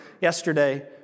yesterday